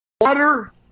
water